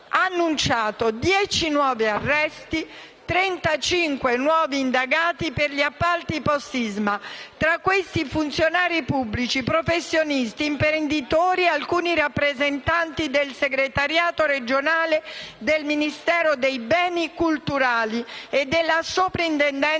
annunciato 10 nuovi arresti e 35 nuovi indagati per gli appalti postsisma. Tra questi, funzionari pubblici, professionisti, imprenditori ed alcuni rappresentanti del Segretariato regionale del Ministero dei beni culturali e della Soprintendenza